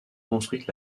construite